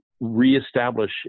reestablish